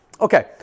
Okay